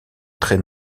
très